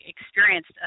experienced